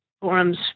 forums